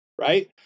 right